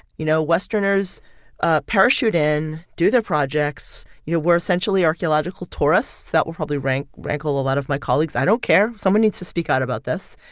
you know, westerners ah parachute in, do their projects. you know, we're essentially archaeological tourists. that would probably rankle rankle a lot of my colleagues. i don't care. someone needs to speak out about this.